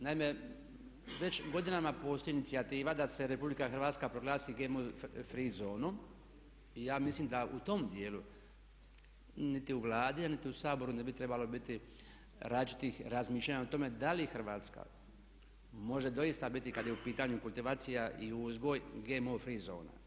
Naime, već godinama postoji inicijativa da se RH proglasi GMO free zonom i ja mislim da u tom dijelu niti u Vladi a niti u Saboru ne bi trebalo biti različitih razmišljanja o tome da li Hrvatska može doista biti kada je u pitanju kultivacija i uzgoj GMO free zona.